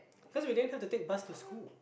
cause we didn't try to take bus to school